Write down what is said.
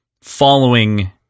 following